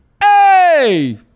Hey